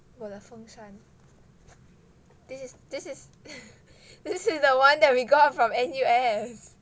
我的风扇 this is the one that we got from N_U_S